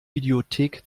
videothek